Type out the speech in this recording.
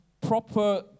proper